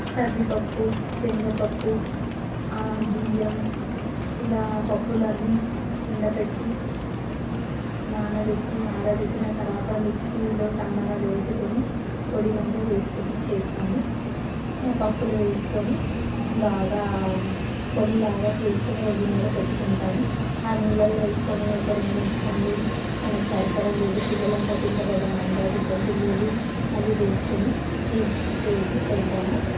కందిపప్పు శనగపప్పు బియ్యం ఇలా పప్పులన్నీ ఎండపెట్టి నానబెట్టి ఆరబెట్టిన తర్వాత మిక్సీలో సన్నగా వేసుకొని పొడులన్నీ వేసుకొని చేస్తాము ఆ పప్పులు వేసుకొని బాగా పొడిలాగా చేసుకుని ఒక గిన్నెలో పెట్టుకుంటాము ఆ నీళ్ళల్లో వేసుకొని ఒక రెండు మూడు స్పూన్లు మనకు సరిపడ నీళ్లు పిల్లలు ఎంత తింటారో దాని అందాజు కొన్ని నీళ్లు అది వేసుకొని చేసి చేసి పెడతాము